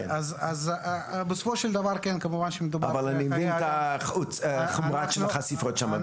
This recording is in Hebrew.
אני מבין את חומרת החשיפות שם.